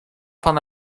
pan